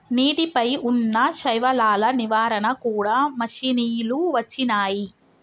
నీటి పై వున్నా శైవలాల నివారణ కూడా మషిణీలు వచ్చినాయి